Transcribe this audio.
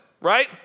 Right